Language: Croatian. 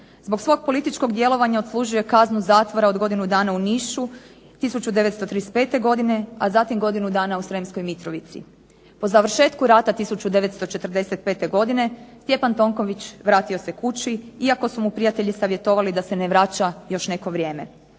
Zbog svog političkog djelovanja odslužio je kaznu zatvora od godinu dana u Nišu, 1935. godine, a zatim godinu dana u Sremskoj Mitrovici. Po završetku rata 1945. godine Stjepan Tonković vratio se kući, iako su mu prijatelji savjetovali da se ne vraća još neko vrijeme.